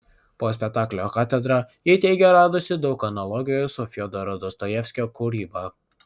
po spektaklio katedra ji teigė radusi daug analogijų su fiodoro dostojevskio kūryba